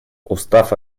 устав